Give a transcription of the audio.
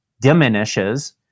diminishes